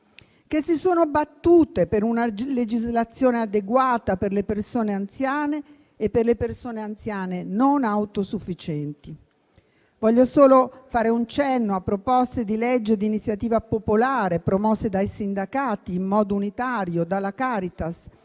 che si sono battute per una legislazione adeguata per le persone anziane e per gli anziani non autosufficienti. Voglio solo fare un cenno a proposte di legge di iniziativa popolare promosse dai sindacati in modo unitario, dalla Caritas,